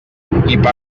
per